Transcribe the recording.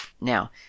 Now